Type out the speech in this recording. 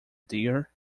dear